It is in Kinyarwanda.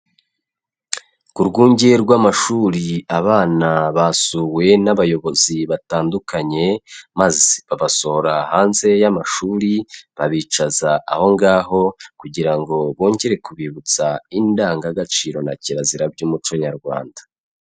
Ku rwunge rw'amashuri abana basuwe n'abayobozi batandukanye, maze, babasohora hanze y'amashuri, babicaza aho ngaho, kugira ngo bongere kubibutsa indangagaciro na kirazira by'umuco Nyarwanda.